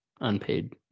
unpaid